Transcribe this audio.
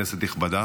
כנסת נכבדה,